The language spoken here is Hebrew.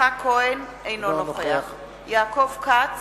יצחק כהן, אינו נוכח יעקב כץ,